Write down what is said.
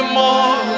more